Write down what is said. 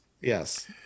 Yes